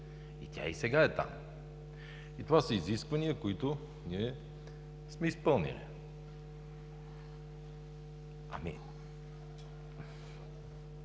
Тя и сега е там. Това са изисквания, които ние сме изпълнили. По